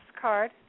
card